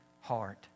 heart